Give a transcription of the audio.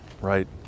Right